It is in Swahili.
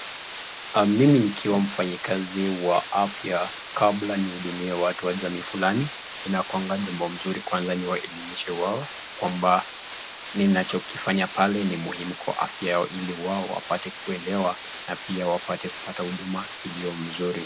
Mimi nikiwa mfanyi kazi wa afya kabla nihudumie watu wa jamii fulani, inakuanga jambo mzuri kwanza niwaelemishe wao, kwamba ninachokifanya pale ni muhimu kwa afya yao, ili wao wapate kuelewa na ili wapate huduma iliyo mzuri.